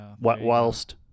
Whilst